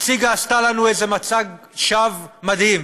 והציגה לנו מצג שווא מדהים,